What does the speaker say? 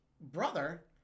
brother